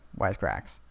wisecracks